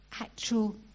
actual